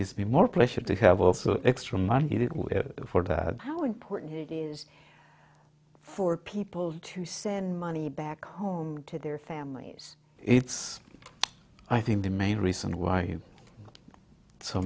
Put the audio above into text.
gives me more pleasure to have also it's remarkable for that how important it is for people to send money back home to their families it's i think the main reason why